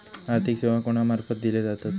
आर्थिक सेवा कोणा मार्फत दिले जातत?